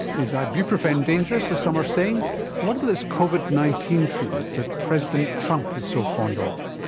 is ibuprofen dangerous, as some are saying? and what about this covid nineteen treatment that president trump is so fond of?